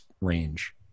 range